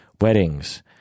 weddings